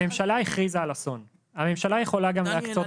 אם הממשלה הכריזה על אסון אז היא יכולה או